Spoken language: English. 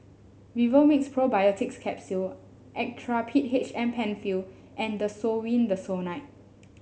Vivomixx Probiotics Capsule Actrapid H M Penfill and Desowen Desonide